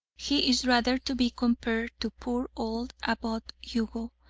he is rather to be compared to poor old abbot hugo,